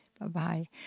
Bye-bye